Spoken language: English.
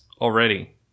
already